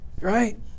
Right